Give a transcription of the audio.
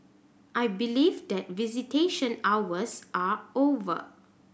I believe that visitation hours are over